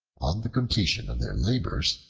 on the completion of their labors,